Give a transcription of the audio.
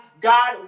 God